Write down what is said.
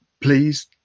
please